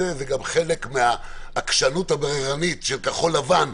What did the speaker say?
זה גם חלק מהעקשנות הבררנית של כחול לבן,